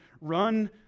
run